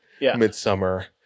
midsummer